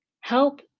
help